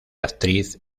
actriz